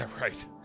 right